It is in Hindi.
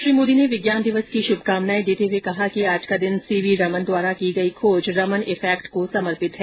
श्री मोदी ने विज्ञान दिवस की शुभकामनाएं देते हुए कहा कि आज का दिन सीवी रमन द्वारा की गई खोज रमन इफेक्ट को समर्पित है